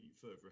further